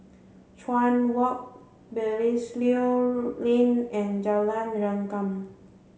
Chuan Walk Belilios Lane and Jalan Rengkam